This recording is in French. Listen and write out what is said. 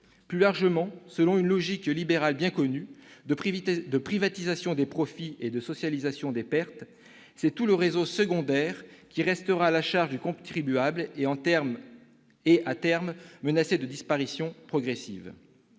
Plus largement, selon une logique libérale bien connue de privatisation des profits et de socialisation des pertes, c'est tout le réseau secondaire qui restera à la charge du contribuable et est, à terme, menacé de disparition progressive.